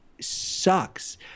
sucks